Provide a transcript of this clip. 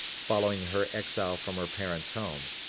following her exile from her parents' home.